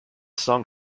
song